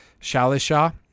Shalishah